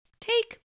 Take